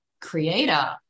creator